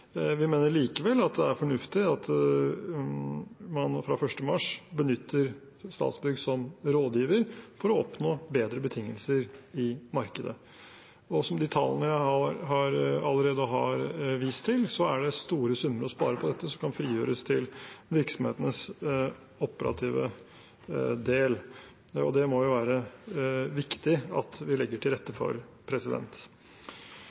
Vi mener likevel at det er fornuftig at man fra 1. mars benytter Statsbygg som rådgiver for å oppnå bedre betingelser i markedet. Som de tallene jeg allerede har vist til, viser, er det store summer å spare på dette, som kan frigjøres til virksomhetenes operative del, og det må det jo være viktig at vi legger til